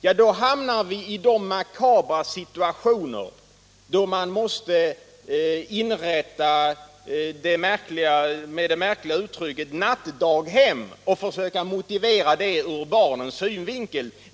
Jo, då hamnar vi i de makabra situationer där man måste inrätta vad som med ett märkligt uttryck kallas nattdaghem och försöka motivera det ur barnets synvinkel.